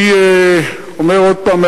אני אומר עוד פעם,